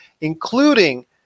including